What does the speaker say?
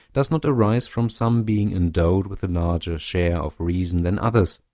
does not arise from some being endowed with a larger share of reason than others,